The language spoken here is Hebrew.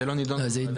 זה לא נדון בוועדה הזאת.